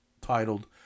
titled